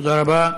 תודה רבה.